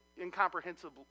incomprehensibly